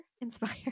inspired